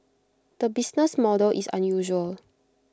the business model is unusual